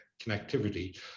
connectivity